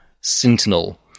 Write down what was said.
sentinel